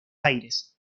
aires